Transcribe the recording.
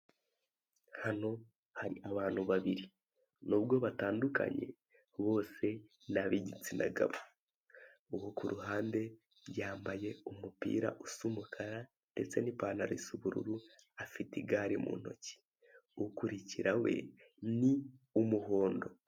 Hano hari abantu babiri nubwo batandukanye bose ni ab'igitsina gabo, uwo ku ruhande yambaye umupira usa umukara ndetse n'ipantaro isa ubururu afite igare mu ntoki, ukurikira we ni umuhondo.